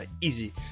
easy